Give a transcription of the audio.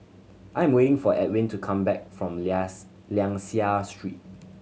I'm waiting for Edwin to come back from Liang Seah Street